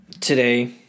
Today